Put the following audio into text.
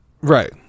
Right